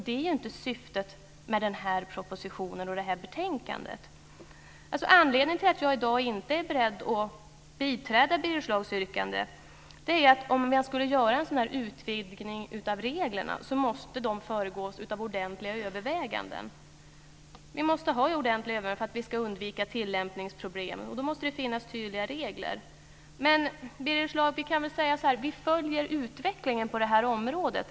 Det är inte syftet med den här propositionen och det här betänkandet. Anledningen till att jag i dag inte är beredd att biträda Birger Schlaugs yrkande är att om vi skulle göra en sådan utvidgning av reglerna måste det föregås av ordentliga överväganden. Det måste finnas tydliga regler för att vi ska kunna undvika tillämpningsproblem. Jag kan säga så här till Birger Schlaug: vi följer utvecklingen på det här området.